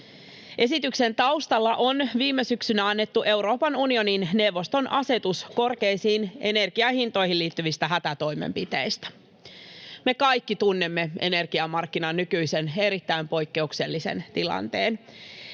Esityksen taustalla on viime syksynä annettu Euroopan unionin neuvoston asetus korkeisiin energiahintoihin liittyvistä hätätoimenpiteistä. Me kaikki tunnemme energiamarkkinan nykyisen erittäin poikkeuksellisen tilanteen.